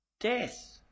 death